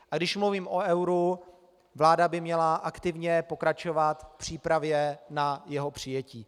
A když mluvím o euru, vláda by měla aktivně pokračovat v přípravě na jeho přijetí.